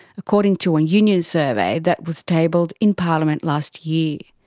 according to a union survey that was tabled in parliament last year.